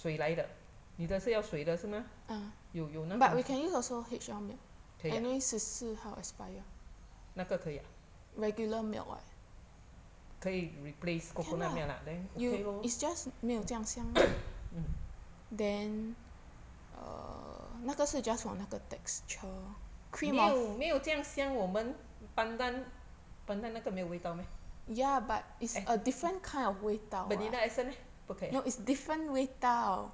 水来的你的是要水的是吗有有那种可以啊那个可以啊可以 replace coconut milk ah then okay loh mm 没有没有这样香我们 pandan pandan 那个没有味道 meh eh vanilla essence eh 不可以啊 vanilla essence eh 不可以啊